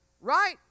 right